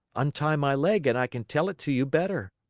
untie my leg and i can tell it to you better.